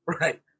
right